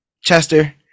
chester